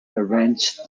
arranged